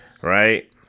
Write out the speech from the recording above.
right